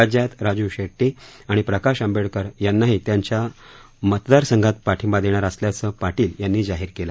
राज्यात राज् शेट्टी आणि प्रकाश आंबेडकर यांनांही त्यांच्या मतदार संघात पाठींबा देणार असल्याचं पाटील यांनी जाहीर केलं